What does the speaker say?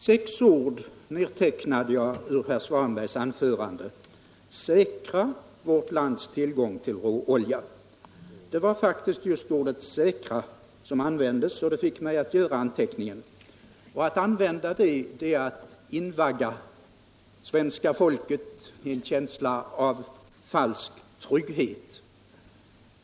Herr talman! Sex ord nedtecknade jag av herr Svanbergs anförande: Säkra vårt lands tillgång till råolja. Det var faktiskt just ordet säkra som användes, och det fick mig att göra anteckningen. Att använda det ordet är att invagga svenska folket i en falsk känsla av trygghet.